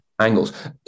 angles